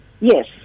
Yes